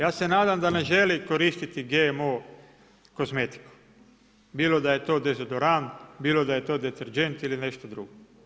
Ja se nadam da ne želi koristiti GMO kozmetiku, bilo da je to dezodorans, bilo da je to deterdžent ili nešto drugo.